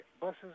Buses